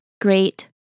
great